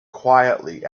quietly